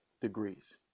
degrees